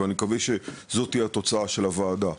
ואני מקווה שזו תהיה התוצאה של הוועדה.